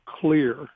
clear